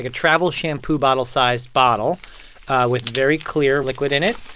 ah travel-shampoo-bottle-sized bottle with very clear liquid in it.